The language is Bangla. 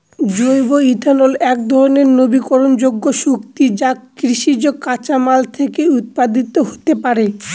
জৈব ইথানল একধরনের নবীকরনযোগ্য শক্তি যা কৃষিজ কাঁচামাল থেকে উৎপাদিত হতে পারে